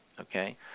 Okay